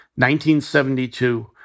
1972